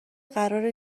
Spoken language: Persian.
قرار